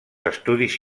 estudis